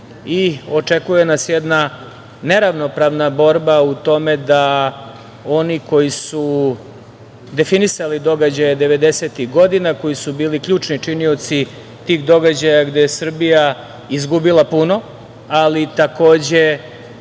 i očekuje nas jedna neravnopravna borba u tome da oni koji su definisali događaje devedesetih godina, koji su bili ključni činioci tih događaja gde je Srbija izgubila puno, ali takođe